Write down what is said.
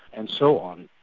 and so on.